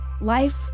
life